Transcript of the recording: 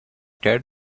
tear